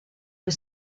per